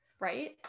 Right